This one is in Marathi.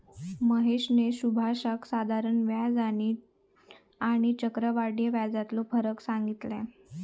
महेशने सुभाषका साधारण व्याज आणि आणि चक्रव्याढ व्याजातलो फरक सांगितल्यान